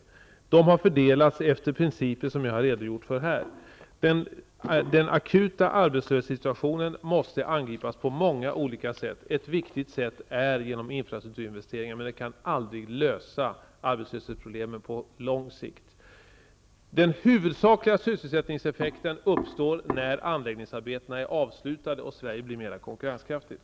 Pengarna har fördelats efter de principer som jag har redogjort för här. Den akuta arbetslöshetssituationen måste angripas på många olika sätt. Ett viktigt sätt är genom infrastrukturinvesteringar, men detta kan aldrig lösa arbetslöshetsproblemen på lång sikt. Den huvudsakliga sysselsättningseffekten uppstår när anläggningsarbetena är avslutade och Sverige blir mera konkurrenskraftigt.